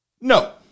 No